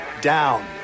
down